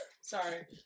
Sorry